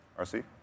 RC